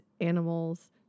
animals